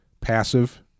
passive